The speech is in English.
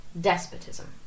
despotism